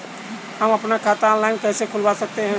हम अपना खाता ऑनलाइन कैसे खुलवा सकते हैं?